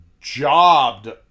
jobbed